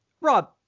Rob